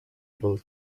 able